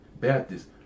Baptists